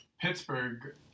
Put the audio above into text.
Pittsburgh